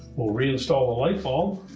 we'll reinstall the light bulb